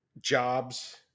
jobs